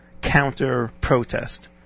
counter-protest